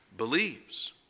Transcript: believes